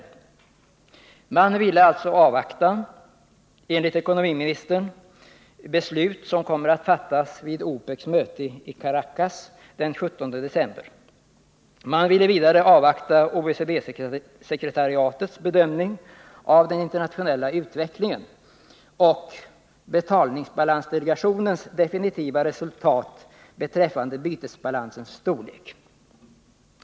Som ekonomiministern anförde i den nämnda interpellationsdebatten ville regeringen avvakta ett beslut som kommer att fattas vid OPEC:s möte i Caracas den 17 december. Man ville vidare avvakta OECD-sekretariatets bedömning av den internationella utvecklingen liksom betalningsbalansdelegationens definitiva resultat beträffande bytesbalansens storlek.